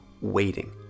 waiting